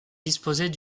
disposait